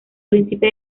príncipe